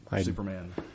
Superman